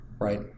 right